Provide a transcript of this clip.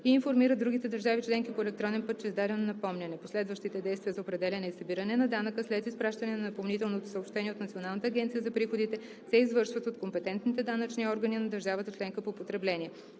и информира другите държави членки по електронен път, че е издадено напомняне. Последващите действия за определяне и събиране на данъка след изпращане на напомнителното съобщение от Националната агенция за приходите се извършват от компетентните данъчни органи на държавата членка по потребление.